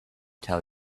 tell